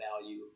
value